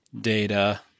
data